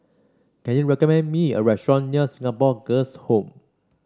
can you recommend me a restaurant near Singapore Girls' Home